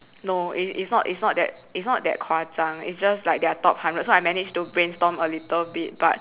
no it's not it's not that it's not that 夸张 it's just like their top hundred so I manage to brainstorm a little bit but